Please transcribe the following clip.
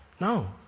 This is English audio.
No